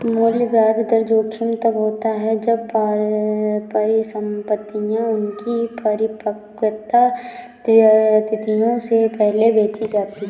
मूल्य ब्याज दर जोखिम तब होता है जब परिसंपतियाँ उनकी परिपक्वता तिथियों से पहले बेची जाती है